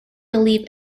relieve